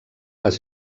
les